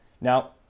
Now